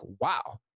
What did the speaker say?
wow